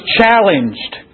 challenged